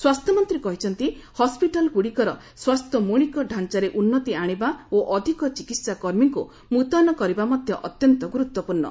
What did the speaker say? ସ୍ୱାସ୍ଥ୍ୟ ମନ୍ତ୍ରୀ କହିଛନ୍ତି ହସ୍ୱିଟାଲ ଗୁଡ଼ିକର ସ୍ୱାସ୍ଥ୍ୟ ମୌଳିକ ଢାଞ୍ଚାରେ ଉନ୍ନତି ଆଣିବା ଓ ଅଧିକ ଚିକିତ୍ସା କର୍ମୀଙ୍କୁ ମୁତୟନ କରିବା ମଧ୍ୟ ଅତ୍ୟନ୍ତ ଗୁରୁତ୍ୱପୂର୍ଣ୍ଣ